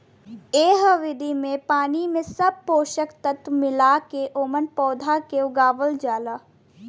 एह विधि में पानी में सब पोषक तत्व मिला के ओमन पौधा के उगावल जाला